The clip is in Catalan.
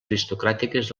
aristocràtiques